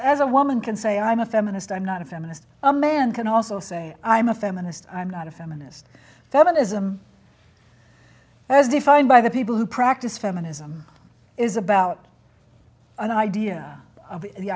as a woman can say i'm a feminist i'm not a feminist a man can also say i'm a feminist i'm not a feminist feminism as defined by the people who practice feminism is about an idea of the